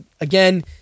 again